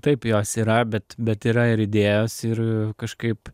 taip jos yra bet bet yra ir idėjos ir kažkaip